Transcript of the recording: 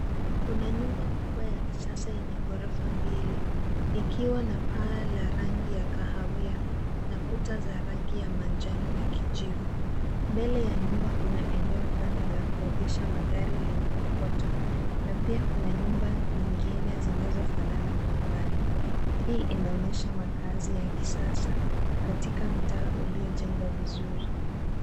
Kuna nyumba kubwa ya kisasa yenye ghorofa mbili. Ikiwa na paa la rangi ya kahawia, na kuta za rangi ya manjano na kijivu. Mbele ya nyumba kuna eneo pana la kuegesha magari lenye kokoto, na pia kuna nyumba nyingine zinazofanana kwa mbali. Hii inaonyesha makazi ya kisasa ,katika mtaa uliojengwa vizuri.